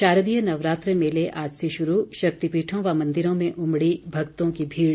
शारदीय नवरात्र मेले आज से शुरू शक्तिपीठों व मंदिरों मे उमड़ी भक्तों की भीड़